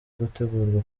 gutegurwa